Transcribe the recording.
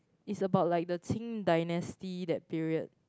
is about like the Qing dynasty that period